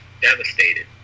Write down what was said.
devastated